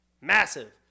Massive